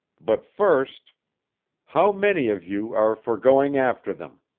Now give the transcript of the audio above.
but first how many of you are for going after them?